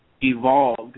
evolved